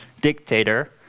dictator